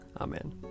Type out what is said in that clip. Amen